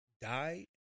died